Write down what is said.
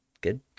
good